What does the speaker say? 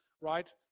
right